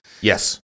Yes